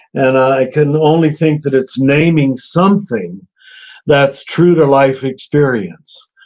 and i can only think that it's naming something that's true to life experience.